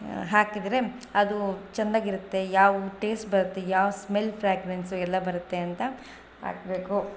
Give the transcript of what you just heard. ಹಾಕಿದರೆ ಅದು ಚಂದಾಗಿರುತ್ತೆ ಯಾವ ಟೇಸ್ಟ್ ಬರುತ್ತೆ ಯಾವ ಸ್ಮೆಲ್ ಫ್ರಾಗ್ರೆನ್ಸು ಎಲ್ಲ ಬರುತ್ತೆ ಅಂತ ಹಾಕಬೇಕು